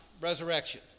resurrection